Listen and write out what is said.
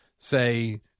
Say